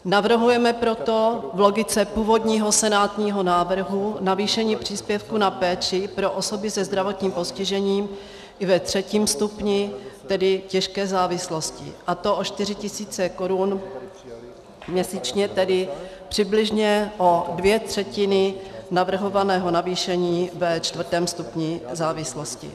Navrhujeme proto v logice původního senátního návrhu navýšení příspěvku na péči pro osoby se zdravotním postižením i ve III. stupni, tedy těžké závislosti, a to o 4 000 korun měsíčně, tedy přibližně o dvě třetiny navrhovaného navýšení ve IV. stupni závislosti.